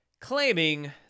claiming